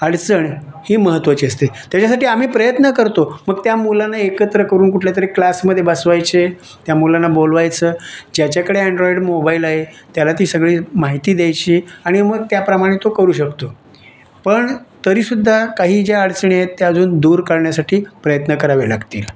अडचण ही महत्त्वाची असते त्याच्यासाठी आम्ही प्रयत्न करतो मग त्या मुलांना एकत्र करून कुठल्यातरी क्लासमध्ये बसवायचे त्या मुलांना बोलवायचं ज्याच्याकडे अँड्रॉइड मोबाईल आहे त्याला ती सगळी माहिती द्यायची आणि मग त्याप्रमाणे तो करू शकतो पण तरीसुद्धा काही ज्या अडचणी आहेत त्या अजून दूर करण्यासाठी प्रयत्न करावे लागतील